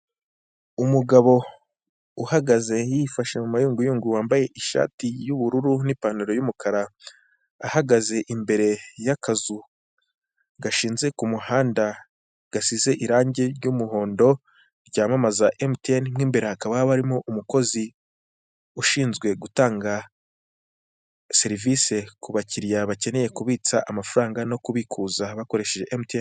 Umugabo uhagaze yifashe mu mayunguyungu wambaye ishati y'ubururu n'ipantaro y'umukara; ahagaze imbere y'akazu gashinze ku muhanda gasize irangi ry'umuhondo ryamamaza emutiyene; mu imbere hakaba harimo umukozi ushinzwe gutanga serivisi ku bakiriya bakeneye kubitsa amafaranga no kubikuza bakoresheje emutiyene.